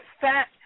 fat